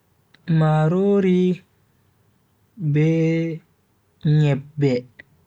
Marori be nyebbe